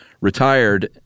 retired